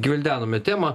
gvildenome temą